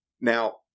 Now